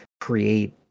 create